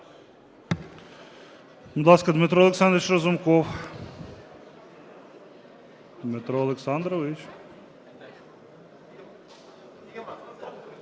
Дмитро Олександрович Разумков. Дмитре Олександровичу.